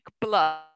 blood